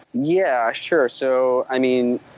yeah, sure. so i mean,